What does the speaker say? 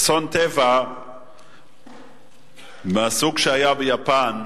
אסון טבע מהסוג שהיה ביפן,